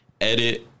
edit